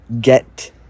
get